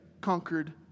conquered